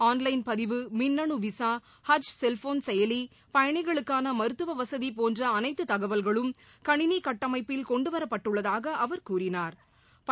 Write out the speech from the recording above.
on line பதிவு மின்னணுவிசா cellphone செயலி ஹஜ் பயணிகளுக்கானமருத்துவவசதிபோன்றஅனைத்துதகவல்களும் கணினிகட்டமைப்பில் கொண்டுவரப்பட்டுள்ளதாகஅவர் கூறினா்